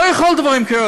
לא יכול להיות דברים,